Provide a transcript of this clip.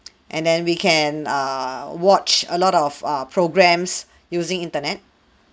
and then we can err watch a lot of err programs using internet